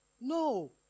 No